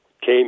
came